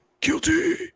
guilty